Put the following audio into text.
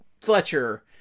fletcher